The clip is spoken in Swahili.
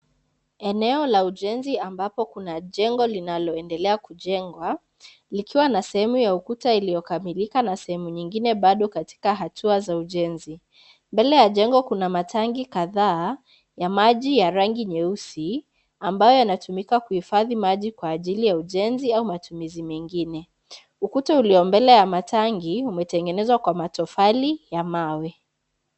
Eneo la ujenzi ambapo kina jengo linaloendelea kujengwa, likiwa na sehemu ya ukuta iliyokamilika na sehemu nyingine bado katika hatua za ujenzi. Mbele ya jengo kuna matangi kadhaa, ya maji ya rangi nyeusi, ambayo yanatumika kuhifadhi maji kwa ajili ya ujenzi, au matumizi mengine. Ukuta uliyo mbele ya matangi, umetengenezwa kwa matofali ya mawe.